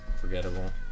forgettable